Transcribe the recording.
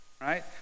Right